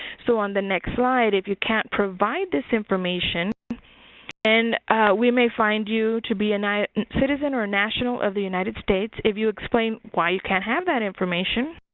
so, on the next slide if you can't provide this information and we may find you to be a citizen or national of the united states if you explain why you can't have that information.